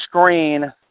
screen –